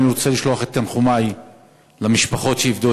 אני רוצה לשלוח את תנחומי למשפחות שאיבדו